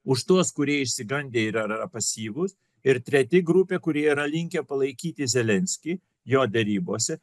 už tuos kurie išsigandę ir ar yra pasyvūs ir treti grupė kurie yra linkę palaikyti zelenskį jo derybose